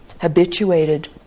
habituated